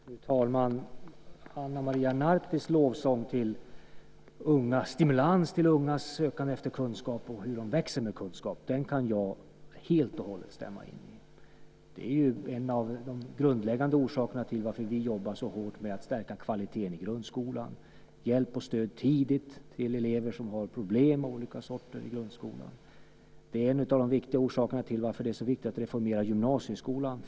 Fru talman! Ana Maria Nartis lovsång till stimulans av ungas sökande efter kunskap och hur de växer med kunskap kan jag helt och hållet stämma in i. Det är en av de grundläggande orsakerna till att vi jobbar så hårt med att stärka kvaliteten i grundskolan, bland annat genom hjälp och stöd tidigt till elever som har problem av olika sorter i grundskolan. Det är en av de viktiga orsakerna till att vi vill reformera gymnasieskolan.